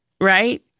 right